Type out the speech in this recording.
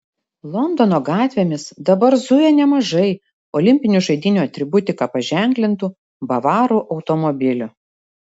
londono gatvėmis dabar zuja nemažai olimpinių žaidynių atributika paženklintų bavarų automobilių